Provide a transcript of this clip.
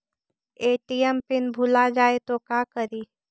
ATM pin भुला जाए तो का करी?